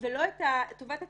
ולא את טובת הציבור,